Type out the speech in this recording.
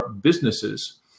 businesses